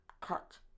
Cut